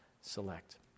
select